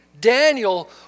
Daniel